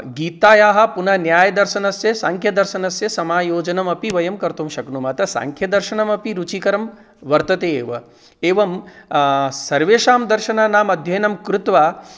गीतायाः पुनः न्यायदर्शनस्य साङ्ख्यदर्शनस्य समायोजनम् अपि वयं कर्तुं शक्नुमः तत् साङ्ख्यदर्शनम् अपि रुचिकरं वर्तते एव एवं सर्वेषां दर्शनानाम् अध्ययनं कृत्वा